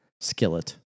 skillet